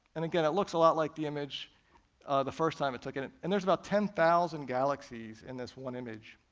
and again this looks a lot like the image the first time it took and it, and there's about ten thousand galaxies in this one image.